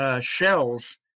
shells